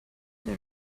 the